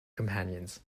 companions